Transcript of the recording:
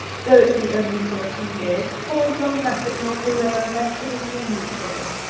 though it be only for a few days, pause long enough in your career of activity and usefulness,